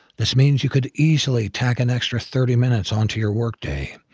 this means you could easily tack an extra thirty minutes onto your workday,